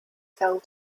fell